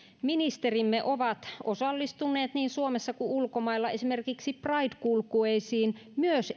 ministerimme ovat osallistuneet niin suomessa kuin ulkomailla esimerkiksi pride kulkueisiin myös